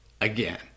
again